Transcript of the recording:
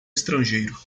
estrangeiro